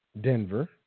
Denver